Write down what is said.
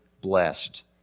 blessed